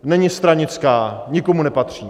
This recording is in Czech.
Není stranická, nikomu nepatří.